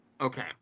Okay